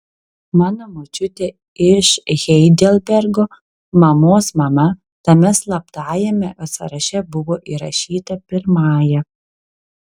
mano močiutė iš heidelbergo mamos mama tame slaptajame sąraše buvo įrašyta pirmąja